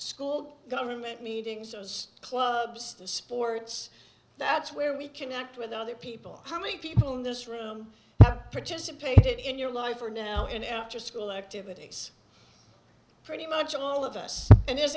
school government meetings clubs the sports that's where we connect with other people how many people in this room participated in your life for now and after school activities pretty much all of us and i